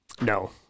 No